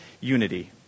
unity